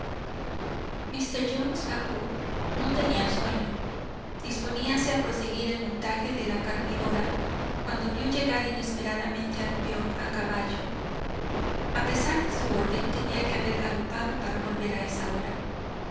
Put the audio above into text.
míster jones bajó no tenía sueño disponíase a proseguir el montaje de la carpidora cuando vió llegar inesperadamente al peón a caballo a pesar de su orden tenía que haber galopado para volver a esa hora